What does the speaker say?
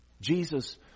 Jesus